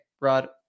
Rod